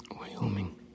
Wyoming